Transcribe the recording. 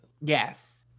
Yes